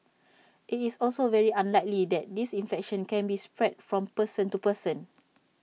IT is also very unlikely that this infection can be spread from person to person